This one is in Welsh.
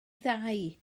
ddau